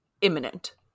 imminent